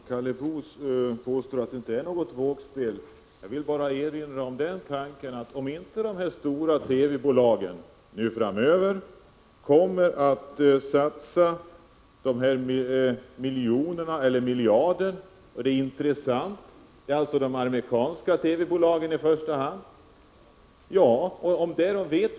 Herr talman! Karl Boo påstår att det inte handlar om något vågspel. Jag vill bara erinra om att vi ännu inte vet om de stora TV-bolagen, i första hand de amerikanska, finner ett OS i Falun vara intressant och vill satsa de miljoner eller miljarder som det gäller.